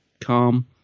calm